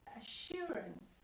assurance